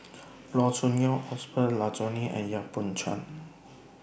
Loo Choon Yong Osbert Rozario and Yap Boon Chuan